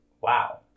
Wow